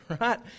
right